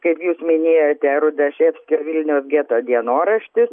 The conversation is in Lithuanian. kaip jūs minėjote rudaševskio vilniaus geto dienoraštis